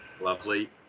Lovely